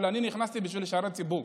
אבל אני נכנסתי בשביל לשרת ציבור,